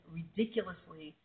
ridiculously